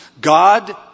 God